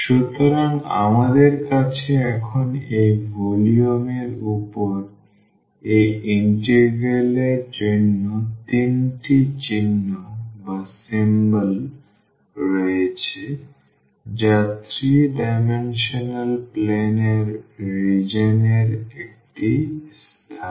সুতরাং আমাদের কাছে এখন এই ভলিউম এর উপর এই ইন্টিগ্রাল এর জন্য তিনটি চিহ্ন রয়েছে যা 3 ডাইমেনশনাল plane এর রিজিওন এর একটি স্থান